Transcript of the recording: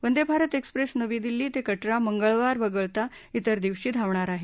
Vande Bharat Express नवी दिल्ली ते कटरा मंगळवार वगळता ब्रेर दिवशी धावणार आहे